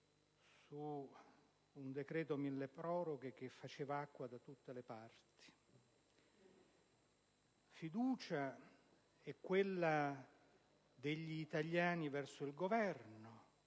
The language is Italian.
cosiddetto milleproroghe, che faceva acqua da tutte le parti. La fiducia è quella degli italiani verso il Governo,